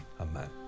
Amen